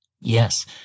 Yes